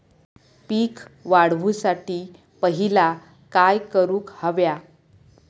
पीक वाढवुसाठी पहिला काय करूक हव्या?